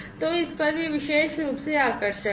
तो इस पर भी विशेष रूप से आकर्षक है